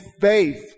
faith